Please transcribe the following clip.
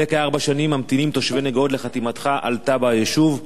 זה כארבע שנים ממתינים תושבי נגוהות לחתימתך על תב"ע היישוב.